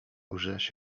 łżesz